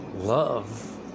love